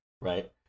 right